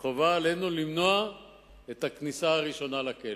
חובה עלינו למנוע את הכניסה הראשונה לכלא.